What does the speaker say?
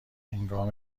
هنگام